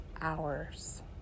hours